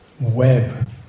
Web